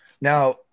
Now